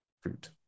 fruit